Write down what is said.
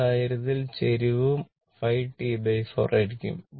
ആ സാഹചര്യത്തിൽ ചരിവ് 5 T4 ആയിരിക്കും